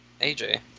AJ